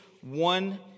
one